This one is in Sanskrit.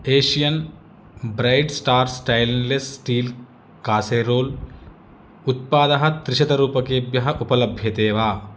Asian brat stars stainless steel casserole उत्पादः त्रिशतरूप्यकेभ्यः उपलभ्यते वा